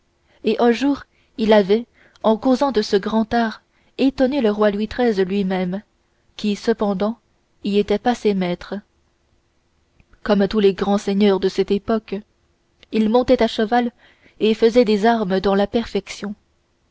et un jour il avait en causant de ce grand art étonné le roi louis xiii lui-même qui cependant y était passé maître comme tous les grands seigneurs de cette époque il montait à cheval et faisait des armes dans la perfection